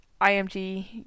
IMG